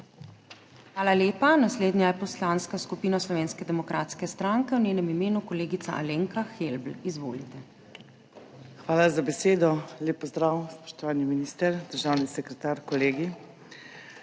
Hvala lepa. Naslednja je Poslanska skupina Slovenske demokratske stranke, v njenem imenu kolegica Alenka Helbl. Izvolite. **ALENKA HELBL (PS SDS):** Hvala za besedo. Lep pozdrav, spoštovani minister, državni sekretar, kolegi!